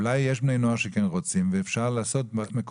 אולי יש בני נוער שרוצים ואפשר לעשות